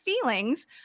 feelings